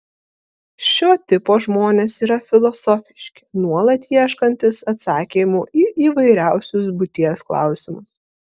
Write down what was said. šio tipo žmonės yra filosofiški nuolat ieškantys atsakymų į įvairiausius būties klausimus